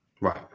Right